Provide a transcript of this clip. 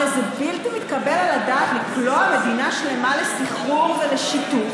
הרי זה בלתי מתקבל על הדעת לקלוע מדינה שלמה לסחרור ולשיתוק,